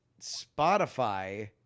Spotify